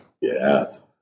Yes